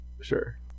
Sure